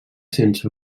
sense